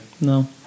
No